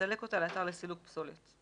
יסלק אותה לאתר לסילוק פסולת".